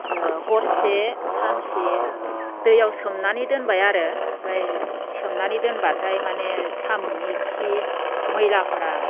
हरसे सानसे दैयाव सोमनानै दोनबाय आरो ओमफाय सोमनानै दोनब्लाथाय माने साम'नि खि मैलाफोरा